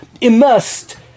immersed